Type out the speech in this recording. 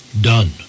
done